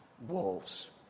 wolves